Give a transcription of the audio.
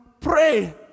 pray